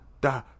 da